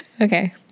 Okay